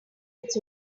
its